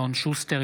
אלון שוסטר,